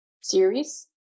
series